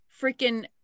freaking